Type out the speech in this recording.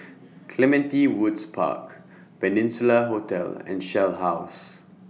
Clementi Woods Park Peninsula Hotel and Shell House